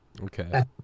okay